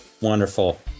Wonderful